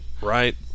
Right